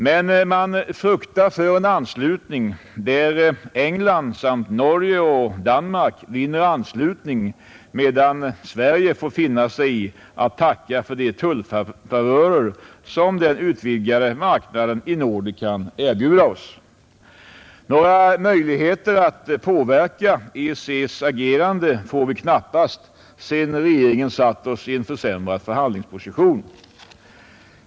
Men man fruktar för en situation där England samt Norge och Danmark vinner anslutning medan Sverige får finna sig i att tacka för de tullfavörer, som den utvidgade marknaden i nåder kan erbjuda oss. Några möjligheter att påverka EEC:s agerande får vi knappast sedan regeringen satt oss i en försämrad förhandlingsposition.